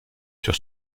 sur